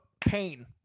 pain